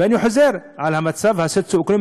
ואני חוזר למצב הסוציו-אקונומי,